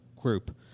group